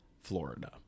Florida